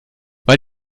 weil